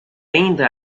ainda